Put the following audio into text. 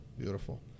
Beautiful